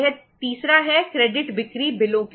एक है सीसी